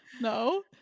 no